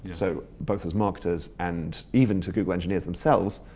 so both as marketers and even to google engineers themselves,